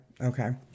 okay